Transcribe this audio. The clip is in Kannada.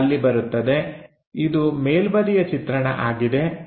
ಇದು ಅಲ್ಲಿ ಬರುತ್ತದೆ ಇದು ಮೇಲ್ಬದಿಯ ಚಿತ್ರಣ ಆಗಿದೆ